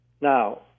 Now